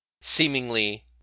seemingly